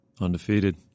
Undefeated